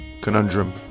Conundrum